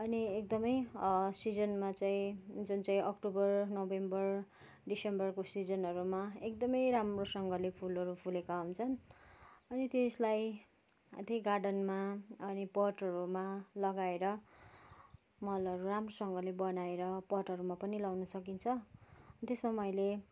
अनि एकदमै सिजनमा चाहिँ जुन चाहिँ अक्टोबर नोभेम्बर दिसम्बरको सिजनहरूमा एकदमै राम्रोसँगले फुलहरू फुलेका हुन्छन् अनि त्यसलाई ती गार्डनमा अनि पटहरूमा लगाएर मलहरू राम्रोसँगले बनाएर पटहरूमा पनि लगाउन सकिन्छ त्यसमा मैले